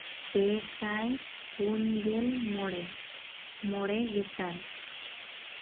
ᱯᱮ ᱥᱟᱭ ᱯᱩᱱ ᱜᱮᱞ ᱢᱚᱬᱮ ᱢᱚᱬᱮ ᱜᱮᱥᱟᱭ